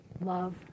love